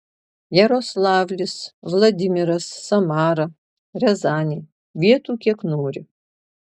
jaroslavlis vladimiras samara riazanė vietų kiek nori